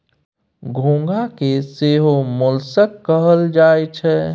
घोंघा के सेहो मोलस्क कहल जाई छै